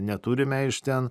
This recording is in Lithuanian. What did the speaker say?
neturime iš ten